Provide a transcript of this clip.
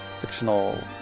fictional